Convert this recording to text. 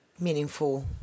meaningful